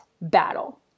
battle